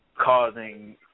causing